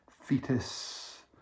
fetus